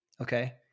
okay